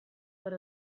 per